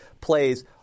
plays